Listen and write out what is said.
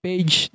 Page